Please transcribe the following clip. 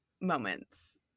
moments